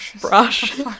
brush